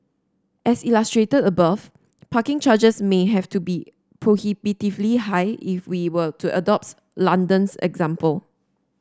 as illustrated above parking charges may have to be prohibitively high if we were to adopts London's example